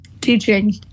Teaching